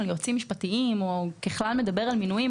יועצים משפטיים או ככלל מדבר על מינויים.